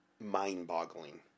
mind-boggling